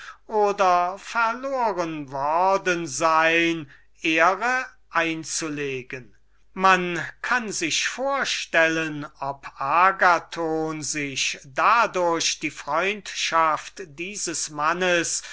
oder verloren sein ehre einzulegen man kann sich vorstellen ob agathon sich dadurch die freundschaft dieses mannes